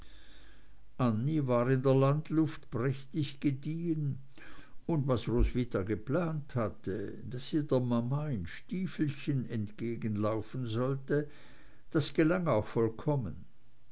war in der landluft prächtig gediehen und was roswitha geplant hatte daß sie der mama in stiefelchen entgegenlaufen sollte das gelang auch vollkommen